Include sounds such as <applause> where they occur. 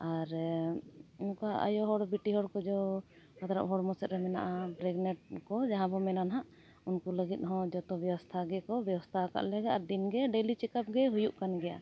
ᱟᱨ ᱚᱱᱠᱟ ᱟᱭᱚ ᱦᱚᱲ ᱵᱤᱴᱤ ᱦᱚᱲ ᱠᱚᱫᱚ <unintelligible> ᱦᱚᱲᱢᱚ ᱥᱮᱡ ᱨᱮ ᱢᱮᱱᱟᱜᱼᱟ ᱯᱨᱮᱜᱱᱮᱴ ᱠᱚ ᱡᱟᱦᱟᱸ ᱵᱚᱱ ᱢᱮᱱᱟ ᱦᱟᱸᱜ ᱩᱱᱠᱩ ᱞᱟᱹᱜᱤᱫ ᱦᱚᱸ ᱡᱚᱛᱚ ᱵᱮᱵᱚᱥᱛᱷᱟ ᱜᱮᱠᱚ ᱵᱮᱵᱚᱥᱛᱷᱟ ᱟᱠᱟᱫ ᱞᱮᱜᱮ ᱟᱨ ᱫᱤᱱ ᱜᱮ ᱰᱮᱞᱤ ᱪᱮᱠᱟᱯ ᱜᱮ ᱦᱩᱭᱩᱜ ᱠᱟᱱ ᱜᱮᱭᱟ